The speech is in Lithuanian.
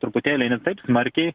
truputėlį ne taip smarkiai